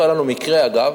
היה לנו מקרה, אגב,